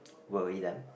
worry them